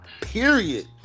period